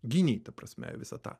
gynei ta prasme visą tą